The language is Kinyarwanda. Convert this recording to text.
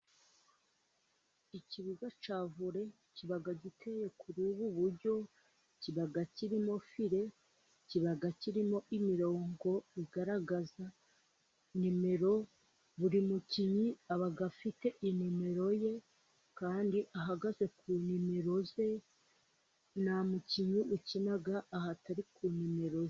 Ikibuga cya vore kiba giteye kuri ubu buryo, kiba kirimo fire, kiba kirimo imirongo igaragaza nimero, buri mukinnyi aba afite nimero ye kandi ahagaze ku nimero ye, nta mukinnyi ukina ahatari kuri nimero ye.